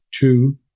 Two